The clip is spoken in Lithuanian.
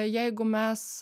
jeigu mes